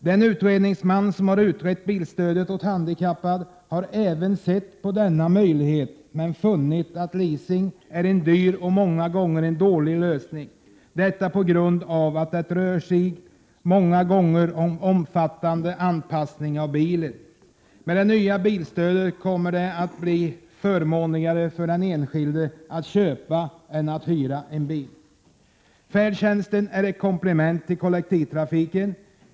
Den utredningsman som har utrett bilstödet åt handikappade har även sett på denna möjlighet men funnit att leasing är en dyr och många gånger en dålig lösning på grund av att det ofta krävs omfattande anpassning av bilen. Med det nya bilstödet kommer det att bli förmånligare för den enskilde att köpa än att hyra bil. Herr talman! Färdtjänsten är ett komplement till kollektivtrafiken.